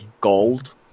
gold